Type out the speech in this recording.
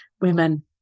women